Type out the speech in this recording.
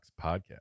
Podcast